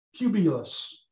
Cubulus